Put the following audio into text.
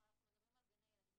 לא, אנחנו מדברים על גני ילדים.